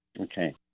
Okay